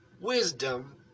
wisdom